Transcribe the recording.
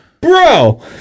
Bro